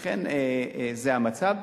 לכן, זה המצב.